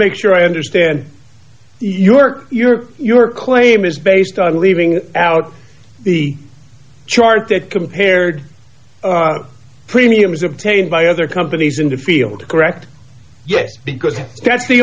make sure i understand you or your your claim is based on leaving out the chart that compared premiums obtained by other companies in the field correct yes because that's the